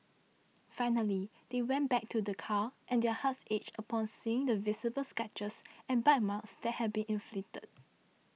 finally they went back to their car and their hearts ached upon seeing the visible scratches and bite marks that had been inflicted